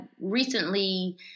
recently